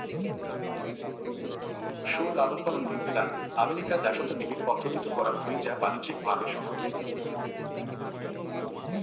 শুয়োর লালনপালন New Zealand, America দ্যাশত নিবিড় পদ্ধতিত করাং হই যা বাণিজ্যিক ভাবে সফল